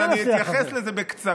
אני אתייחס לזה בקצרה.